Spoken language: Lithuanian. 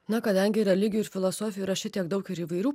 na kadangi religijų ir filosofų yra šitiek daug ir įvairių